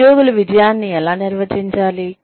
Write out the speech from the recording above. ఉద్యోగులు విజయాన్ని ఎలా నిర్వచించాలి